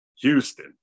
Houston